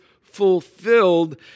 fulfilled